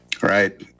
Right